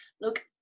Look